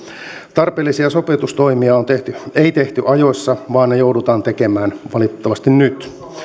tarpeellisia sopeutustoimia ei tehty ajoissa vaan ne joudutaan tekemään valitettavasti nyt